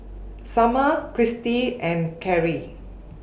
Sumner Cristy and Karrie